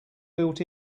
built